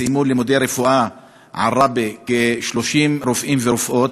סיימו לימודי רפואה כ-30 רופאים ורופאות,